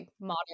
modern